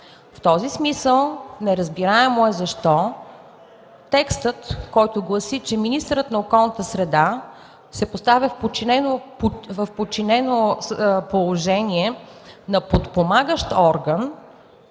В този смисъл неразбираемо е защо текстът, който гласи, че министърът на околната среда се поставя в подчинено положение на подпомагащ орган,